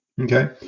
okay